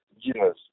Yes